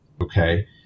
okay